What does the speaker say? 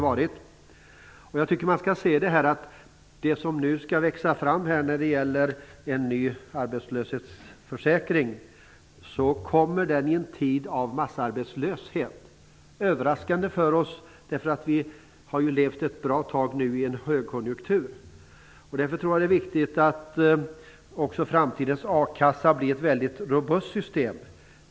Den arbetslöshetsförsäkring som nu skall växa fram kommer i en tid av massarbetslöshet, som är överraskande för oss, eftersom vi ett bra tag har levt i en högkonjunktur. Det är viktigt att framtidens a-kassa blir ett väldigt robust system.